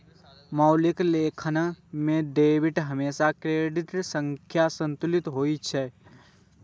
मौलिक लेखांकन मे डेबिट हमेशा क्रेडिट सं संतुलित होइ छै